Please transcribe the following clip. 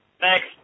Thanks